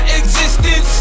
existence